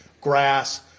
grass